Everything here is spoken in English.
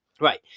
Right